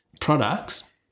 products